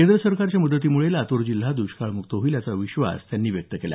केंद्र सरकारच्या मदतीमुळे लातूर जिल्हा द्ष्काळमुक्त होईल असा विश्वास त्यांनी व्यक्त केला